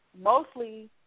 mostly –